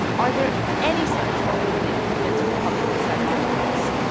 are there any signs at all that they've convinced republican senators on this?